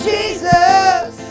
Jesus